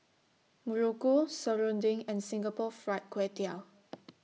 Muruku Serunding and Singapore Fried Kway Tiao